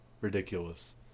ridiculous